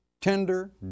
tender